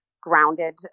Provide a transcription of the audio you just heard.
grounded